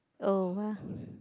oh !wah!